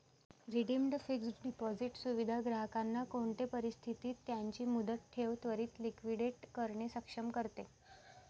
redeemed fixed deposit सुविधा ग्राहकांना कोणते परिस्थितीत त्यांची मुदत ठेव त्वरीत लिक्विडेट करणे सक्षम करते